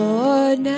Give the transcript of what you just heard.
Lord